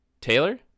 Taylor